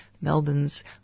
Melbourne's